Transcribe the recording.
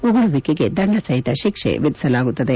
ಉಗುಳುವಿಕೆಗೆ ದಂಡ ಸಹಿತ ಶಿಕ್ಷೆ ವಿಧಿಸಲಾಗಿದೆ